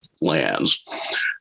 lands